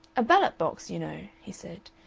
a ballot-box, you know, he said,